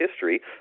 history